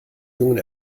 jungen